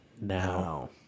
now